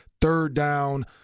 third-down